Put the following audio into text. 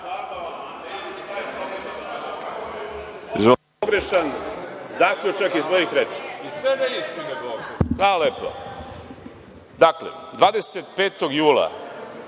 pogrešan zaključak iz mojih reči. Hvala lepo. Dakle, 25. jula